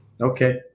Okay